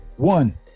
One